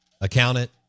accountant